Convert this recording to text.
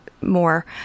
more